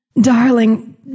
Darling